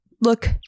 look